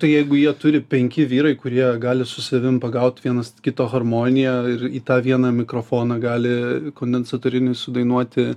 tai jeigu jie turi penki vyrai kurie gali su savim pagaut vienas kito harmoniją ir į tą vieną mikrofoną gali kondensatorinį sudainuoti